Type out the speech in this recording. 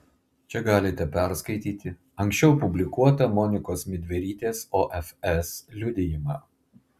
čia galite perskaityti anksčiau publikuotą monikos midverytės ofs liudijimą